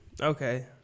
Okay